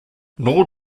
nor